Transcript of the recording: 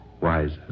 wiser